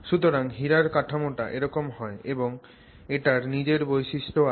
সুতরাং হীরার কাঠামোটা এরকম হয় এবং এটার নিজের বৈশিষ্ট্য আছে